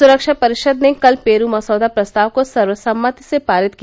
सुरक्षा परिषद ने कल पेरू मसौदा प्रस्ताव को सर्वसम्मतिसे पारित किया